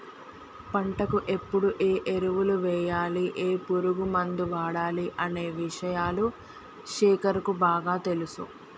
పంటకు ఎప్పుడు ఏ ఎరువులు వేయాలి ఏ పురుగు మందు వాడాలి అనే విషయాలు శేఖర్ కు బాగా తెలుసు